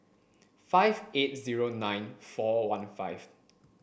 five eight zero nine four one five